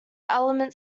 ailment